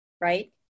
right